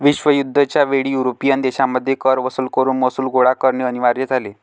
विश्वयुद्ध च्या वेळी युरोपियन देशांमध्ये कर वसूल करून महसूल गोळा करणे अनिवार्य झाले